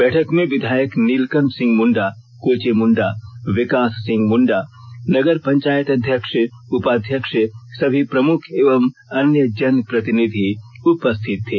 बैठक में विधायक नीलकंठ सिंह मुंडा कोचे मुंडा विकास सिंह मुंडा नगर पंचायत अध्यक्ष उपाध्यक्ष सभी प्रमुख एवं अन्य जनप्रतिनिधि उपस्थित थे